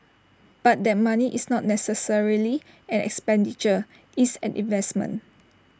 but that money is not necessarily an expenditure it's an investment